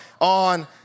on